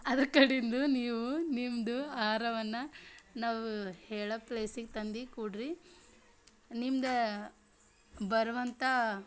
ಅದ್ರ ಕಡಿಂದು ನೀವು ನಿಮ್ಮದು ಆಹಾರವನ್ನು ನಾವು ಹೇಳೋ ಪ್ಲೇಸಿಗೆ ತಂದು ಕೊಡಿರಿ ನಿಮ್ದು ಬರುವಂಥ